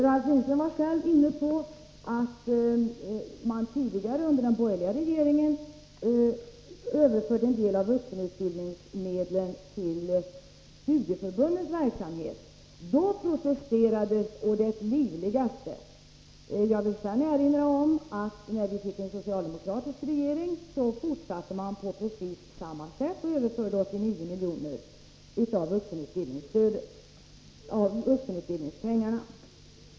Ralf Lindström var själv inne på att man tidigare, under den borgerliga regeringen, hade överfört en del av vuxenutbildningsmedlen till studieförbundens verksamhet. Då protesterades det å det livligaste. Men jag vill erinra om att den socialdemokratiska regering som vi sedan fick fortsatte på precis samma sätt och överförde 89 miljoner av vuxenutbildningspengarna.